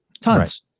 Tons